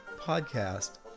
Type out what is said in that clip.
podcast